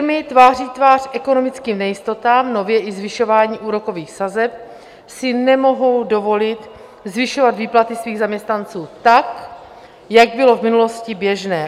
Firmy tváří tvář ekonomickým nejistotám, nově i zvyšování úrokových sazeb, si nemohou dovolit zvyšovat výplaty svých zaměstnanců tak, jak bylo v minulosti běžné.